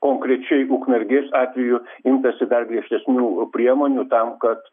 konkrečiai ukmergės atveju imtasi dar griežtesnių priemonių tam kad